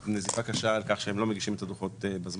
נזיפה קשה על כך שהם לא מגישים את הדוחות בזמן.